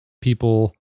people